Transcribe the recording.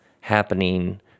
happening